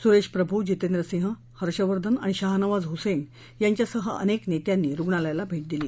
सुरेश प्रभू जितेंद्र सिंह हर्षवर्धन आणि शाहनवाझ हुसेन यांच्यासह अनेक नेत्यांनी रुग्णालयाला भेट दिली